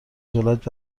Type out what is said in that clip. دولت